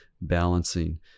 balancing